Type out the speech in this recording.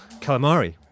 calamari